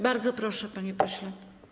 Bardzo proszę, panie pośle.